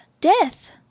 death